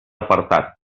apartat